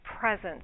presence